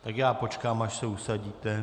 Tak já počkám, až se usadíte.